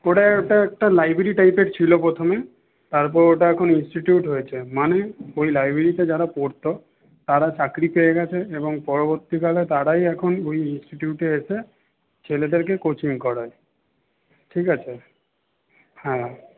ওটা একটা একটা লাইব্রেরি টাইপের ছিল প্রথমে তারপর ওটা এখন ইনস্টিটিউট হয়েছে মানে ওই লাইব্রেরিতে যারা পড়ত তারা চাকরি পেয়ে গেছে এবং পরবর্তীকালে তারাই এখন ওই ইনস্টিটিউটে এসে ছেলেদেরকে কোচিং করায় ঠিক আছে হ্যাঁ